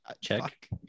Check